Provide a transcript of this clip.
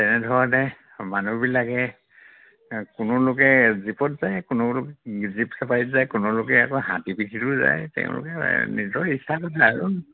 তেনেধৰণে মানুহবিলাকে কোনো লোকে জীপত যায় কোনো জীপ চাফাৰীত যায় কোনো লোকে আকৌ হাতীৰ পিঠিতো যায় তেওঁলোকে নিজৰ ইচ্ছাৰ কথা আৰু